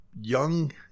young